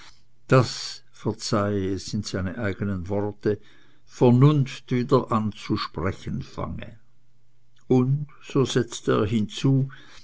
es sind seine eignen worte vernunft wieder an zu sprechen fange und so setzte er hinzu